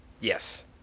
Yes